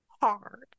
hard